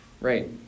Right